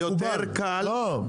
יותר קל --- לא,